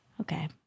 Okay